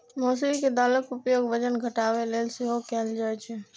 मौसरी के दालिक उपयोग वजन घटाबै लेल सेहो कैल जाइ छै